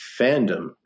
fandom